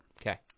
Okay